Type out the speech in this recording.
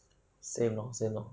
same same